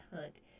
hunt